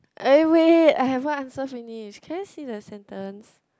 eh wait I haven't answer finish can I see the sentence